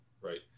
right